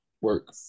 work